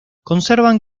conservan